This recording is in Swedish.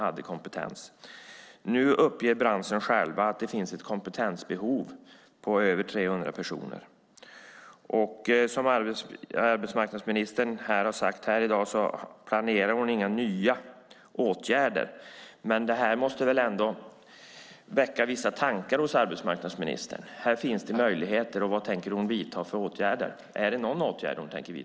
Nu uppger branschen själv att det finns ett kompetensbehov på över 300 personer. Arbetsmarknadsministern har sagt här i dag att hon inte planerar några nya åtgärder, men det här måste väl ändå väcka vissa tankar hos arbetsmarknadsministern. Här finns möjligheter. Vad tänker hon vidta för åtgärder? Tänker hon vidta någon åtgärd?